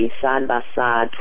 side-by-side